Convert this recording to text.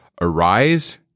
arise